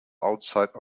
outside